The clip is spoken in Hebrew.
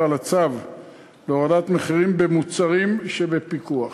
על הצו להורדת מחירים של מוצרים שבפיקוח.